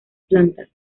plantas